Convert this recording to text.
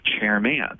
chairman